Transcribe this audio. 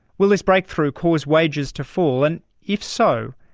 will this breakthrough cause wages to fall? and if so,